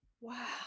Wow